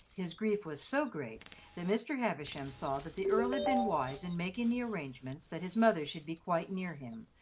his grief was so great that mr. havisham saw that the earl had been wise in making the arrangements that his mother should be quite near him,